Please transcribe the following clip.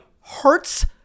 hurts